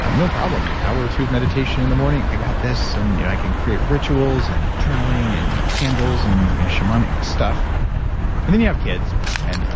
um no problem, hour or two of meditation in the morning, i got this and i can create rituals and channeling and candles and shamanic stuff and then you have kids and you're